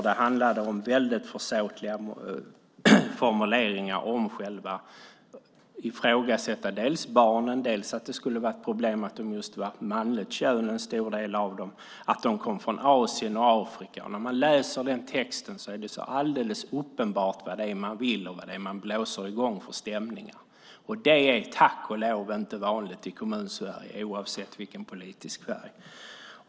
Det var försåtliga formuleringar som ifrågasatte barnen. Det skulle ha varit ett problem att en stor del av dem var av manligt kön och att de kom från Asien och Afrika. I den texten är det uppenbart vad man vill och vad man underblåser för stämningar. Det är tack och lov inte vanligt i Kommunsverige, oavsett politisk färg.